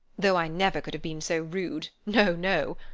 though i never could have been so rude, no, no!